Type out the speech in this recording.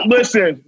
Listen